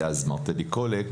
דאז מר טדי קולק,